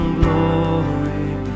glory